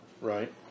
Right